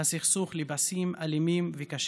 הסכסוך לפסים אלימים וקשים.